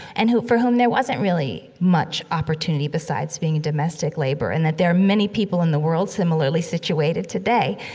and who for whom there wasn't really much opportunity besides being a domestic laborer. and that there are many people in the world similarly situated today.